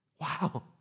Wow